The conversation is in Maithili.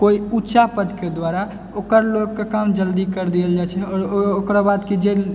कोई उँचा पदके द्वारा ओकर लोगके काम जल्दी कर देल जाइ छै आओर ओकरो बाद कि जे